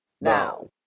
now